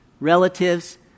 relatives